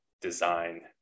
design